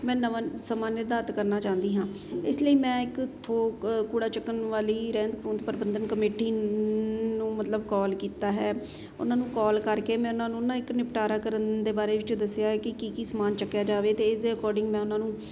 ਮੈਂ ਨਵਾਂ ਸਮਾਂ ਨਿਰਧਾਰਤ ਕਰਨਾ ਚਾਹੁੰਦੀ ਹਾਂ ਇਸ ਲਈ ਮੈਂ ਇੱਕ ਥੋੜ੍ਹਾ ਕੂੜਾ ਚੁੱਕਣ ਵਾਲੀ ਰਹਿੰਦ ਖੁੰਹਦ ਪ੍ਰਬੰਧਨ ਕਮੇਟੀ ਨੂੰ ਮਤਲਬ ਕਾਲ ਕੀਤਾ ਹੈ ਉਹਨਾਂ ਨੂੰ ਕਾਲ ਕਰਕੇ ਮੈਂ ਉਹਨਾਂ ਨੂੰ ਨਾ ਇੱਕ ਨਿਪਟਾਰਾ ਕਰਨ ਦੇ ਬਾਰੇ ਵਿੱਚ ਦੱਸਿਆ ਕਿ ਕੀ ਕੀ ਸਮਾਨ ਚੱਕਿਆ ਜਾਵੇ ਅਤੇ ਇਸ ਦੇ ਅਕੋਰਡਿੰਗ ਮੈਂ ਉਹਨਾਂ ਨੂੰ